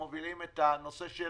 אנחנו מובילים את הנושא של